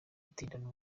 gutindana